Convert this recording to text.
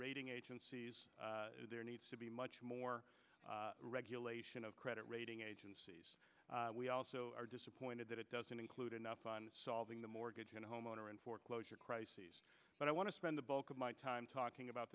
rating agencies there needs to be much more regulation of credit rating agencies we also are disappointed that it doesn't include enough on solving the mortgage and homeowner and foreclosure crisis but i want to spend the bulk of my time talking about